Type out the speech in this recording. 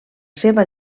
seva